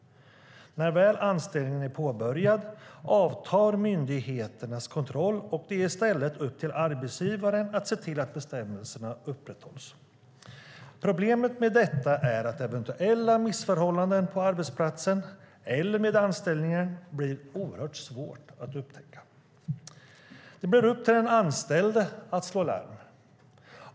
När väl anställningen är påbörjad avtar myndigheternas kontroll, och det är i stället upp till arbetsgivaren att se till att bestämmelserna upprätthålls. Problemet med detta är att eventuella missförhållanden på arbetsplatsen eller med anställningen blir oerhört svåra att upptäcka. Det blir upp till den anställde att slå larm.